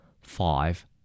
Five